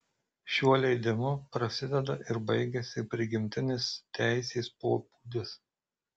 šiuo leidimu prasideda ir baigiasi prigimtinis teisės pobūdis